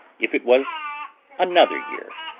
if it was another year.